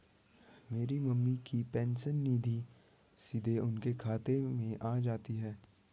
मेरी मम्मी की पेंशन निधि सीधे उनके खाते में आ जाती है